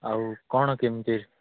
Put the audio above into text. ଆଉ କ'ଣ କେମିତି